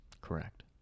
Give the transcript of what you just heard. correct